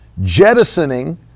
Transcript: Jettisoning